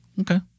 Okay